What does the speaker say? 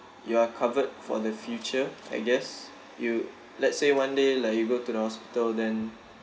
you are covered for the future I guess you let's say one day like you go to the hospital then